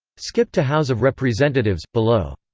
skip to house of representatives, below